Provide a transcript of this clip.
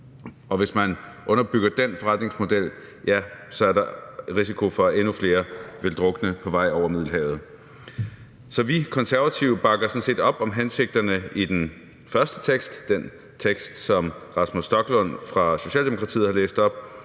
Hvis man underbygger den forretningsmodel, ja, så er der risiko for, at endnu flere vil drukne på vej over Middelhavet. Så vi Konservative bakker sådan set op om hensigterne i den første tekst, den tekst, som Rasmus Stoklund fra Socialdemokratiet har læst op.